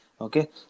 Okay